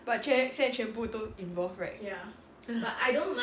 but 现在全部都 involved right